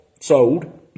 sold